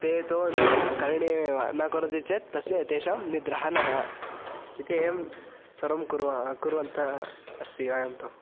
ते तु अनन्तरं करणीयमेव न करोति चेत् तस्य तेषां निद्रा न इति एवं सर्वं कुर्वन् कुर्वन्तः अस्ति वयं तु